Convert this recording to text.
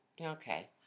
Okay